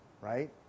Right